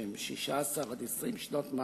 שהוא 16 20 שנות מאסר,